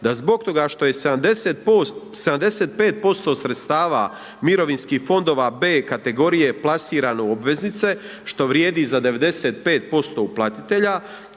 da zbog toga što je 75% sredstava mirovinskih fondova B kategorije plasirano u obveznice što vrijedi za 95% uplatitelja,